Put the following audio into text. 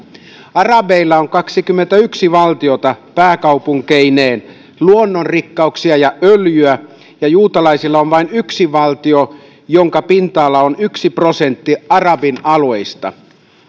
arabeilla on kaksikymmentäyksi valtiota pääkaupunkeineen luonnonrikkauksia ja öljyä ja juutalaisilla on vain yksi valtio jonka pinta ala on yksi prosentti arabien alueista